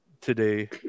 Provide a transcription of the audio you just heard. today